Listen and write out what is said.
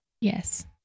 Yes